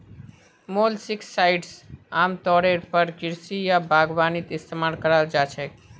molluscicides आमतौरेर पर कृषि या बागवानीत इस्तमाल कराल जा छेक